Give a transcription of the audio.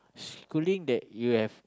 schooling that you have